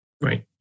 Right